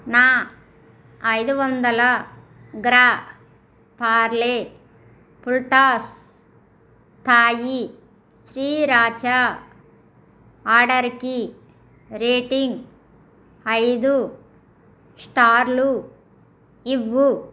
నా ఐదువందల gram Parle full toss Thai sriracha ఆర్డర్కి రేటింగ్ ఐదు స్టార్లు ఇవ్వు